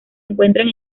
encuentran